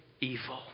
evil